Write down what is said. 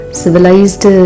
civilized